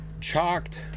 Chalked